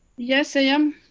yes i am.